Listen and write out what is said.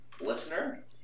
Listener